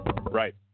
Right